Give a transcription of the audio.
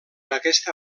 aquesta